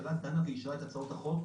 הממשלה דנה ואישרה את הצעת החוק.